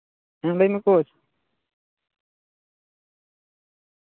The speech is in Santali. ᱦᱩᱸ ᱞᱟᱹᱭᱢᱮ ᱯᱩᱨ